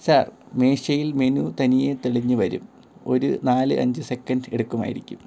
sir മേശയിൽ menu തനിയെ തെളിഞ്ഞു വരും ഒരു നാല് അഞ്ച് സെക്കൻഡ് എടുക്കുമായിരിക്കും